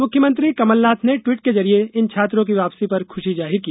मुख्यमंत्री कमलनाथ ने ट्वीट के जरिये इन छात्रों की वापसी पर खुशी जाहिर की